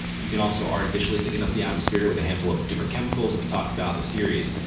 you can also artificially thicken up the atmosphere with a handful of different chemicals that we talk about in the series.